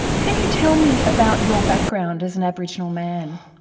can you tell me about your background as an aboriginal man?